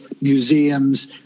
museums